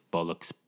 Bollocks